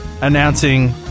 announcing